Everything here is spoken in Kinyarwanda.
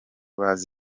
bazi